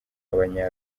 abanya